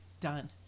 done